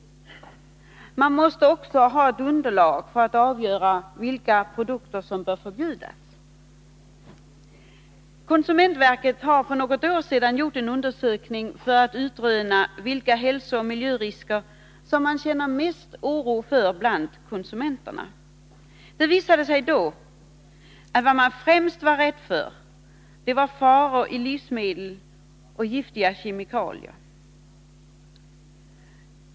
Man måste också ha ett underlag för att kunna avgöra vilka produkter som bör förbjudas. Konsumentverket har för något år sedan gjort en undersökning för att utröna vilka hälsooch miljörisker som man känner mest oro för bland konsumenterna. Det visade sig då att vad man främst var rädd för var faror i livsmedel och giftiga kemikalier.